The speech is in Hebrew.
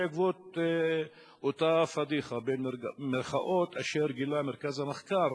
בעקבות אותה פאדיחה אשר גילה מרכז המחקר